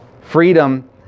Freedom